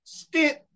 stint